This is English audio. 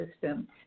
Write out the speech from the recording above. system